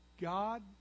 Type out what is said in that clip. God